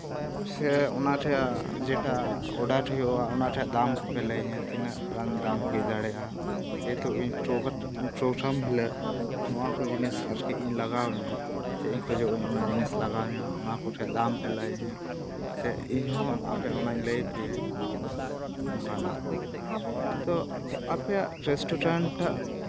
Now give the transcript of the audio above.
ᱥᱮ ᱚᱱᱟ ᱨᱮᱭᱟᱜ ᱡᱮᱴᱟ ᱚᱰᱟᱨ ᱦᱩᱭᱩᱜᱼᱟ ᱚᱱᱟ ᱨᱮᱭᱟᱜ ᱫᱟᱢ ᱠᱚᱯᱮ ᱞᱟᱹᱭᱟᱹᱧᱟᱹ ᱛᱤᱱᱟᱹᱜ ᱜᱟᱱ ᱫᱟᱢ ᱦᱩᱭ ᱫᱟᱲᱮᱭᱟᱜᱼᱟ ᱡᱮᱦᱮᱛᱩ ᱤᱧ ᱯᱨᱳᱜᱨᱟᱢ ᱦᱤᱞᱳᱜ ᱱᱚᱣᱟ ᱠᱚ ᱡᱤᱱᱤᱥ ᱟᱨᱠᱤ ᱤᱧ ᱞᱟᱜᱟᱣᱤᱧᱟᱹ ᱥᱮ ᱤᱧ ᱠᱷᱚᱡᱚᱜ ᱤᱧ ᱱᱚᱣᱟ ᱠᱚ ᱡᱤᱱᱤᱥ ᱞᱟᱜᱟᱣᱤᱧᱟᱹ ᱚᱱᱟ ᱠᱚ ᱴᱷᱮᱡ ᱫᱟᱢ ᱯᱮ ᱞᱟᱹᱭᱟᱹᱧᱟᱹ ᱥᱮ ᱤᱧ ᱦᱚᱸ ᱟᱯᱮ ᱚᱱᱟᱧ ᱞᱟᱹᱭᱟᱯᱮᱭᱟᱹᱧ ᱚᱱᱠᱟᱱᱟᱜ ᱛᱚ ᱟᱯᱮᱭᱟᱜ ᱨᱮᱥᱴᱩᱨᱮᱱᱴ ᱴᱟᱜ